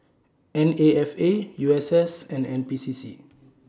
N A F A U S S and N P C C